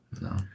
No